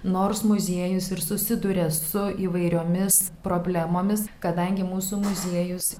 nors muziejus ir susiduria su įvairiomis problemomis kadangi mūsų muziejus